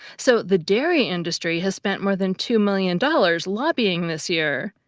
so the dairy industry has spent more than two million dollars lobbying this year,